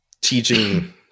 teaching